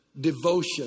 devotion